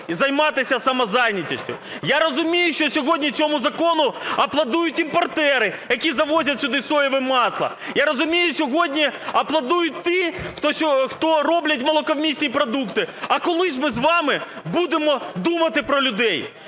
і займатися самозайнятістю. Я розумію, що сьогодні цьому закону аплодують імпортери, які завозять сюди соєве масло. Я розумію, сьогодні аплодують ті, хто роблять молоковмісні продукти. А коли ж ми з вами будемо думати про людей?